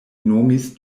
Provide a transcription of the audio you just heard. nomis